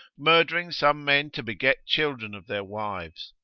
murdering some men to beget children of their wives.